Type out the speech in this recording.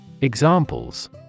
Examples